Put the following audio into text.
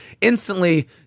instantly